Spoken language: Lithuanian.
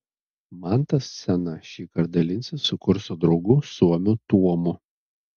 mantas scena šįkart dalinsis su kurso draugu suomiu tuomu